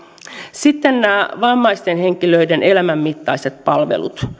sitten nämä vammaisten henkilöiden elämänmittaiset palvelut